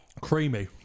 creamy